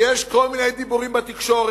יש כל מיני דיבורים בתקשורת,